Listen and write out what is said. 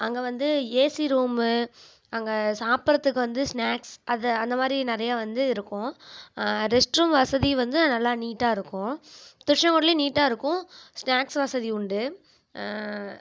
அங்கே வந்து AC room அங்கே சாப்புடறத்துக்கு வந்து ஸ்னாக்ஸ் அதை அந்த மாதிரி நிறையா வந்து இருக்கும் ரெஸ்ட்ரூம் வசதி வந்து நல்லா நீட்டாக இருக்கும் திரிச்செங்கோட்லையும் நீட்டாகருக்கும் ஸ்னாக்ஸ் வசதி உண்டு